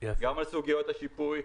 גם על סוגיות השיפוי,